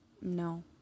no